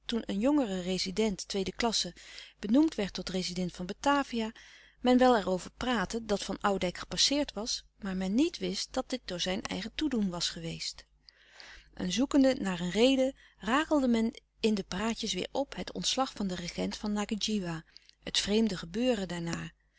toen een jongere rezident tweede klasse benoemd werd tot rezident van batavia men wel er over praatte dat van oudijck gepasseerd was maar men niet wist dat dit door zijn eigen toedoen was geweest en zoekende naar een reden rakelde men in de praatjes weêr op het ontslag van den regent van ngadjiwa het vreemde gebeuren daarna